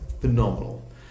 phenomenal